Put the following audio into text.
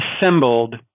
assembled